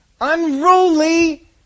Unruly